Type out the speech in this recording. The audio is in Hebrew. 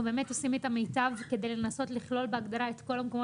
אנחנו באמת עושים את המיטב כדי לנסות לכלול בהגדרה את כל המקומות